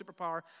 superpower